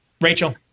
Rachel